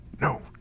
no